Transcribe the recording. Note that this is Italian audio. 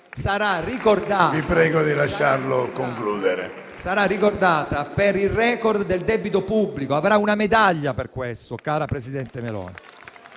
sarà ricordata per il *record* del debito pubblico e avrà una medaglia per questo, cara presidente Meloni.